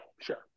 sure